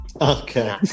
Okay